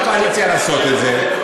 לא מתוך הקואליציה לעשות את זה,